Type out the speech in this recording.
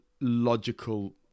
logical